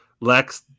Lex